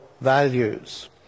values